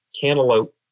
cantaloupe